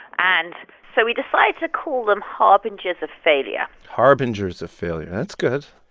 and so we decided to call them harbingers of failure harbingers of failure that's good.